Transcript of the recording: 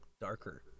darker